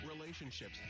relationships